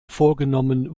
vorgenommen